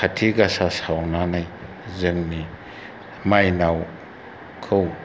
काति गासा सावनानै जोंनि माइनावखौ